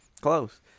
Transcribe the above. Close